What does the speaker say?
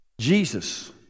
Jesus